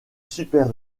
super